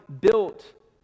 built